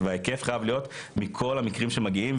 וההיקף חייב להיות מכל המקרים שמגיעים,